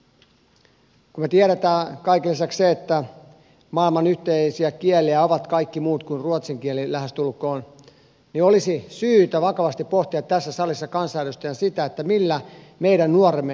kun me tiedämme kaiken lisäksi sen että maailman yhteisiä kieliä ovat kaikki muut kuin ruotsin kieli lähestulkoon niin olisi syytä vakavasti pohtia tässä salissa kansanedustajana sitä millä meidän nuoremme tulevaisuudessa työllistyvät